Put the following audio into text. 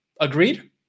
Agreed